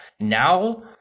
Now